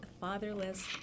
fatherless